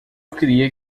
queria